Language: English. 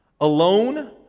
alone